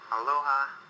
Aloha